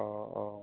অঁ অঁ